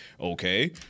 Okay